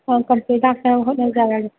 ꯍꯣꯏ ꯀꯝꯄ꯭ꯂꯦꯟ ꯂꯥꯛꯇꯅꯕ ꯍꯣꯠꯅꯖꯔꯒꯦ